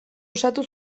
osatu